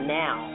now